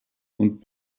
und